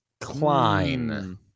Klein